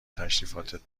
تشریفاتت